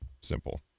Simple